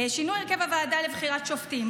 שינוי הרכב הוועדה לבחירת שופטים,